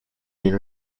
been